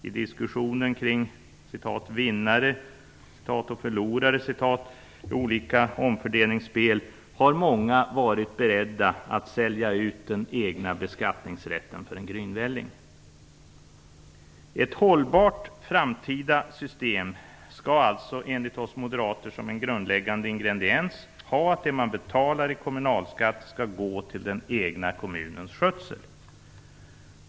I diskussionen kring "vinnare" och "förlorare" i olika omfördelningsspel har många varit beredda att sälja ut den egna beskattningsrätten för en grynvälling. Ett hållbart framtida system skall alltså enligt oss moderater som en grundläggande ingrediens ha att det man betalar i kommunalskatt skall gå till den egna kommunens skötsel.